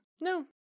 No